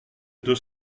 deux